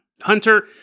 Hunter